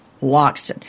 Loxton